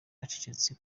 acecetse